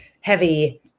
heavy